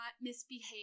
misbehave